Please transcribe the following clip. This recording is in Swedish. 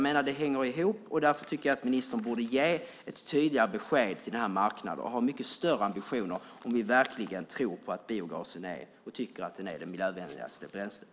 Det hänger ihop. Ministern borde ge ett tydligare besked till marknaden och ha större ambitioner om han verkligen tror att biogasen är det miljövänligaste bränslet.